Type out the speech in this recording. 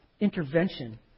intervention